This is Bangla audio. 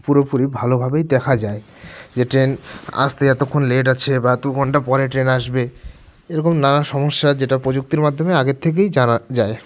পুরোপুরি ভালোভাবেই দেখা যায় যে ট্রেন আসতে এতোক্ষণ লেট আছে বা দু ঘন্টা পরে ট্রেন আসবে এরকম নানা সমস্যার যেটা প্রযুক্তির মাধ্যমে আগের থেকেই জানা যায়